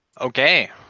Okay